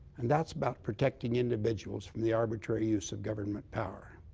and that's about protecting individuals from the arbitrary use of government power.